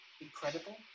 Incredible